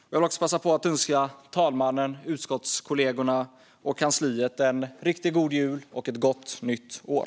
Jag vill också passa på att önska talmannen, utskottskollegorna och kansliet en riktigt god jul och ett gott nytt år!